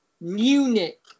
Munich